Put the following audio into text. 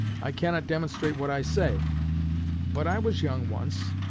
i cannot demonstrate what i say but i was young once,